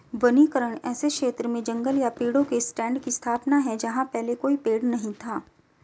वनीकरण ऐसे क्षेत्र में जंगल या पेड़ों के स्टैंड की स्थापना है जहां पहले कोई पेड़ नहीं था